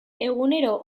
egunero